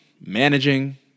managing